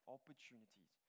Opportunities